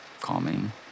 calming